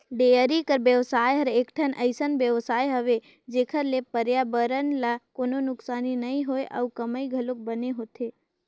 dairy कर बेवसाय हर एकठन अइसन बेवसाय हवे जेखर ले परयाबरन ल कोनों नुकसानी नइ होय अउ कमई घलोक बने होथे